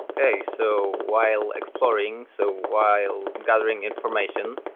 okay. so while exploring, so while gathering information,